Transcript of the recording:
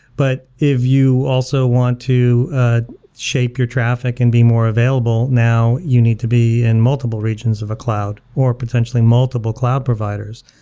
but if you also want to shape your traffic and be more available, now, you need to be in multiple regions of a cloud or potentially multiple cloud provider.